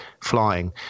flying